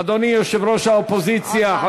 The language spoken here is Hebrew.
אדוני יושב-ראש האופוזיציה,